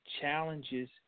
Challenges